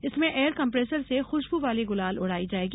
इसमें air compressor से खुशबु वाली गुलाल उड़ाई जायेगी